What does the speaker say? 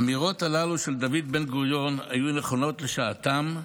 האמירות הללו של דוד בן-גוריון היו נכונות לשעתן,